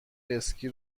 اسکی